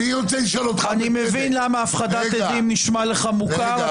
אני מבין למה הפחדת עדים נשמע לך מוכר,